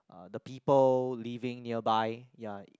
uh the people living nearby ya